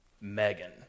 Megan